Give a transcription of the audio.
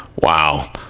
wow